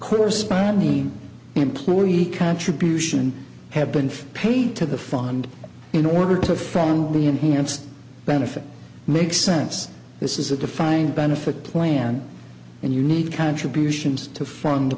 corresponding employee contribution have been paid to the fund in order to from the enhanced benefit make sense this is a defined benefit plan and unique contributions to fund the